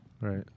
right